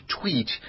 tweet